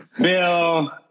Bill